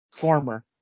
Former